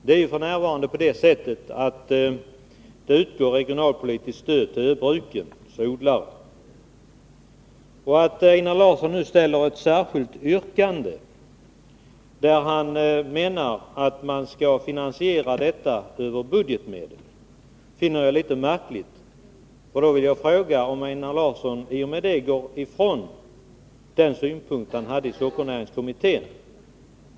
Det utgår ju f. n. regionalpolitiskt stöd till odlarna på Öland och Gotland. Einar Larsson framlade för en stund sedan ett särskilt yrkande, där han menar att finansieringen skall ske med budgetmedel. Detta finner jag litet märkligt. Jag vill fråga om Einar Larsson i och med det går ifrån den ståndpunkt som han hade i sockernäringskommittén.